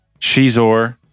Shizor